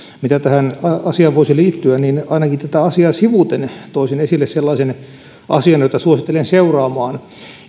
mitä tähän asiaan voisi liittyä niin ainakin tätä asiaa sivuten toisin esille sellaisen asian jota suosittelen seuraamaan